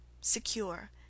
secure